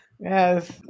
Yes